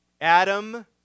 Adam